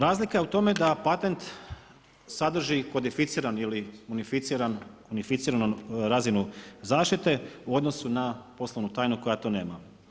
Razlika je u tome da patent sadrži kodificiran ili munificiranu razinu zaštite u odnosu na poslovnu tajnu koja to nema.